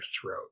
throat